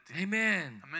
amen